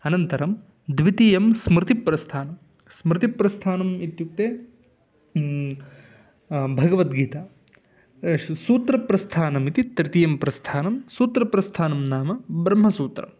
अनन्तरं द्वितीयं स्मृतिप्रस्थानं स्मृतिप्रस्थानम् इत्युक्ते भगवद्गीता शु सूत्रप्रस्थानम् इति तृतीयं प्रस्थानं सूत्रप्रस्थानं नाम ब्रह्मसूत्रम्